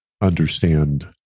understand